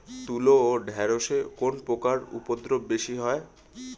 তুলো ও ঢেঁড়সে কোন পোকার উপদ্রব বেশি হয়?